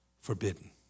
forbidden